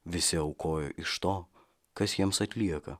visi aukojo iš to kas jiems atlieka